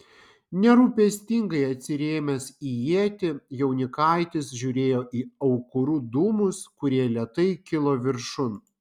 nerūpestingai atsirėmęs į ietį jaunikaitis žiūrėjo į aukurų dūmus kurie lėtai kilo viršun